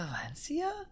Valencia